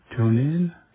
TuneIn